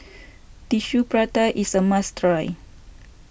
Tissue Prata is a must try